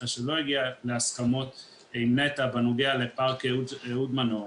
אחרי שלא הגיעה להסכמות עם נת"ע בנוגע לפארק אהוד מנור,